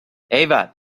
ایول